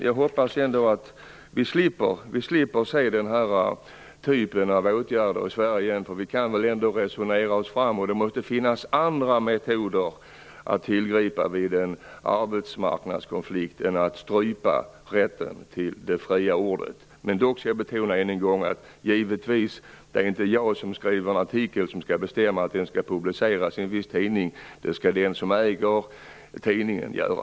Jag hoppas att vi slipper se den här typen av åtgärder i Sverige i fortsättningen. Vi kan väl ändå resonera oss fram. Det måste finnas andra metoder att tillgripa vid en arbetsmarknadskonflikt än att strypa rätten till det fria ordet. Dock skall jag betona än en gång att det givetvis inte är jag som skriver artikeln som skall bestämma om den skall publiceras i en viss tidning, utan det skall den som äger tidningen göra.